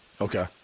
Okay